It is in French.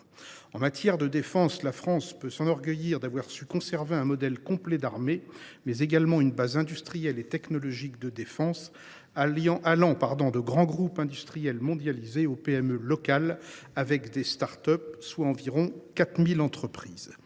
En matière de défense, la France peut s’enorgueillir d’avoir su conserver un modèle complet d’armée, mais également une base industrielle et technologique de défense (BITD) allant des grands groupes mondialisés aux PME locales, en passant par des start up, soit environ 4 000 entreprises.